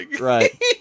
Right